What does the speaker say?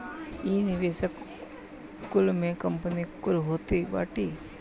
इ निवेशक कुल में कंपनी कुल होत बाटी